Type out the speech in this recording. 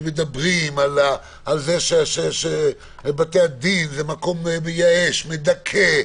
שמדברים על זה שבתי-הדין זה מקום מייאש, מדכא,